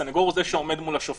הסנגור הוא זה שעומד מול השופט,